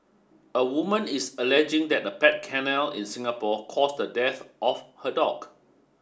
a woman is alleging that a pet kennel in Singapore caused the death of her dog